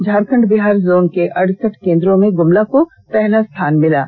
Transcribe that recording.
Jharkhand Bihar zone के अडसठ केंद्रों में गुमला को पहला स्थान मिला है